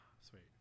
Sweet